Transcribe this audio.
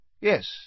Yes